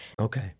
Okay